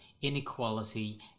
inequality